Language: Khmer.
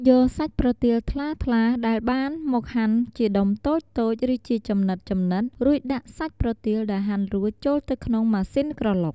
រួចយកសាច់ប្រទាលថ្លាៗដែលបានមកហាន់ជាដុំតូចៗ ឬជាចំណិតៗ រួចដាក់សាច់ប្រទាលដែលហាន់រួចចូលទៅក្នុងម៉ាស៊ីនក្រឡុក។